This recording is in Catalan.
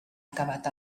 acabat